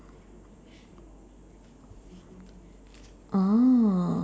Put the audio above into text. oh